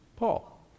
Paul